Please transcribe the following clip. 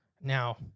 now